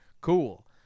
cool